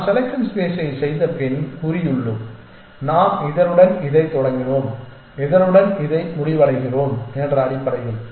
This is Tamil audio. நாம் செலெக்சன் ஸ்பேஸைச் செய்தபின் கூறியுள்ளோம் நாம் இதனுடன் இதை தொடங்கினோம் இதனுடன் இதை முடிவடைகிறோம் என்ற அடிப்படையில்